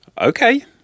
okay